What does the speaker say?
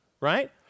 right